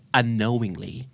unknowingly